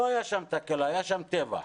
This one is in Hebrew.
לא היה שם תקלה, היה שם טבח.